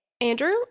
Andrew